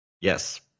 Yes